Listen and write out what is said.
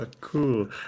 cool